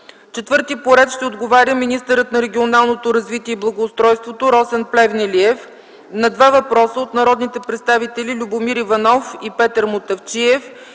Четвърти по ред ще отговаря министърът на регионалното развитие и благоустройството Росен Плевнелиев на два въпроса от народните представители Любомир Иванов и Петър Мутафчиев